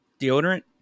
Deodorant